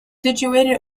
situated